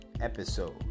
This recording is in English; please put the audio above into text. episode